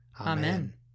Amen